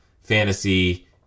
fantasy